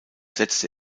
setzte